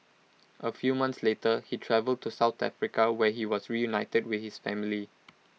A few months later he travelled to south Africa where he was reunited with his family